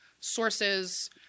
sources